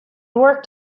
worked